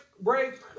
break